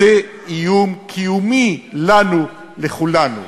זה איום קיומי עלינו, כולנו.